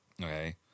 okay